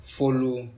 follow